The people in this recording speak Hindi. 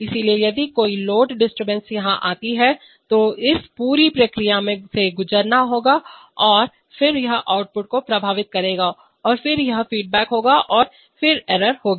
इसलिए यदि कोई लोड डिस्टर्बेंस यहां आती है तो इस पूरी प्रक्रिया से गुजरना होगा और फिर यह आउटपुट को प्रभावित करेगा और फिर यह फीडबैक होगा और फिर एरर होगी